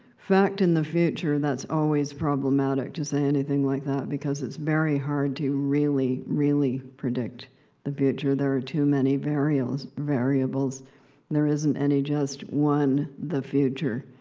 fact in the future, that's always problematic to say anything like that, because it's very hard to really, really predict the future. there are too many variables. there isn't any just one, the future.